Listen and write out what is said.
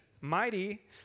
mighty